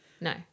No